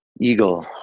Eagle